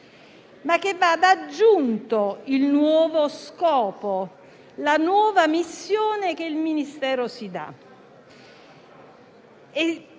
ma che vada solo aggiunto il nuovo scopo, la nuova missione che il Ministero si dà.